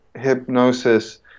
hypnosis